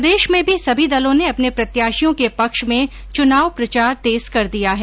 प्रदेश में भी सभी दलों ने अपने प्रत्याशियों के पक्ष में च्नाव प्रचार तेज कर दिया है